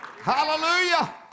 Hallelujah